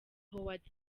howard